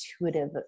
intuitive